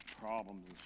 problems